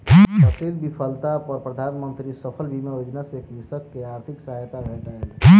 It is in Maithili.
फसील विफलता पर प्रधान मंत्री फसल बीमा योजना सॅ कृषक के आर्थिक सहायता भेटलै